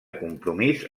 compromís